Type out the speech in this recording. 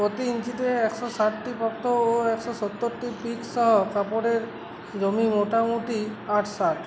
প্রতি ইঞ্চিতে একশো ষাটটি প্রাপ্ত ও একশো সত্তরটি পিকসহ কাপড়ের জমি মোটামুটি আঁটসাঁট